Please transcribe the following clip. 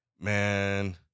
Man